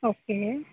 okay